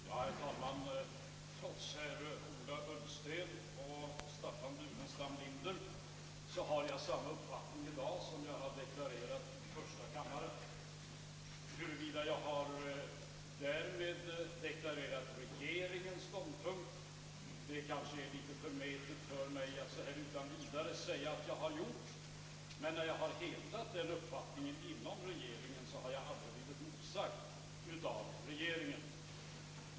Herr talman! Trots herr Ola Ullsten och Staffan Burenstam Linder har jag samma uppfattning i dag som jag deklarerade i första kammaren. Att jag därmed deklarerat regeringens ståndpunkt vore kanske litet förmätet av mig att utan vidare säga. Men jag har hävdat denna uppfattning inom regeringen och jag har aldrig blivit motsagd av regeringen.